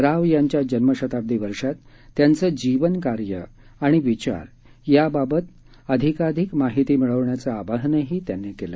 राव यांच्या जन्मशताब्दी वर्षात त्यांचं जीवनकार्य आणि विचार याबाबत अधिकाधिक माहिती मिळवण्याचं आवाहनही त्यांनी केलं